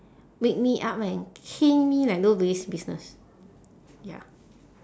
wake me up and cane me like nobody's business ya